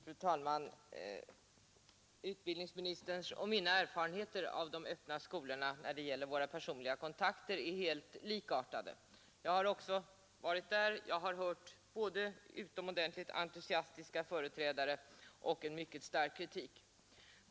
Fru talman! Utbildningsministerns och mina erfarenheter från personliga kontakter med de öppna skolorna är helt likartade. Jag har också varit där, och jag har hört både utomordentligt entusiastiska och mycket kritiska uttalanden.